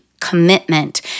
commitment